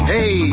Hey